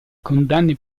condanne